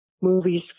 movies